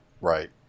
Right